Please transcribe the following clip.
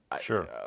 Sure